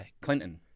Clinton